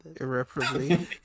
irreparably